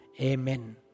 Amen